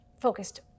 focused